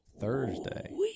Thursday